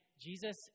Jesus